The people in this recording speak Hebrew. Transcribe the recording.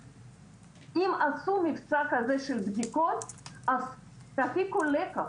אם עשו מבצע כזה של בדיקות אז תפיקו לקח,